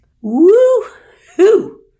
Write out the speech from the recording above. Woo-hoo